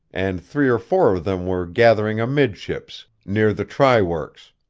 and three or four of them were gathering amidships, near the try works.